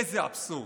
איזה אבסורד.